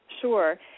Sure